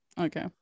Okay